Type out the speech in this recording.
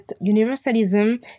universalism